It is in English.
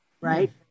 right